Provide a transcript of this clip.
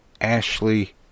Ashley